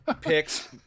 picks